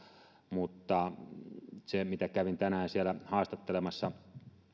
mutta kun kävin tänään siellä haastattelemassa